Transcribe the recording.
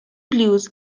blues